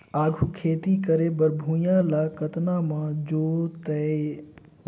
आघु खेती करे बर भुइयां ल कतना म जोतेयं?